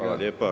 Hvala lijepa.